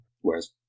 whereas